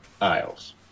Isles